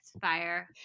fire